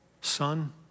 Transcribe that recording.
Son